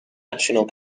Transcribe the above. national